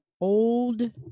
old